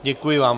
Děkuji vám.